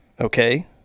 Okay